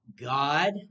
God